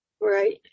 Right